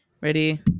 Ready